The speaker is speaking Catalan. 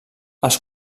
els